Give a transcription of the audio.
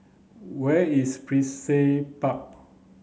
where is Brizay Park